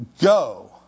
go